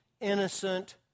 innocent